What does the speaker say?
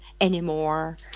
anymore